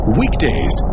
weekdays